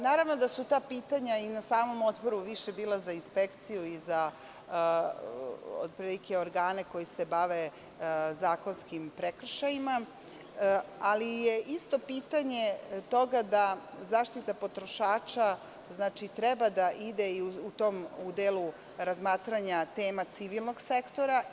Naravno da su ta pitanja i na samom Odboru bila više za inspekciju i za organe koji se bave zakonskim prekršajima, ali je isto pitanje toga da zaštita potrošača treba da ide i u delu razmatranja tema civilnog sektora.